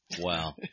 Wow